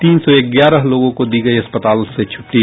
तीन सौ ग्यारह लोगों को दी गयी अस्पताल से छुट्टी